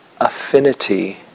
affinity